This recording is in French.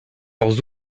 leurs